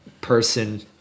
person